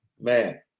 Man